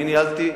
אני ניהלתי,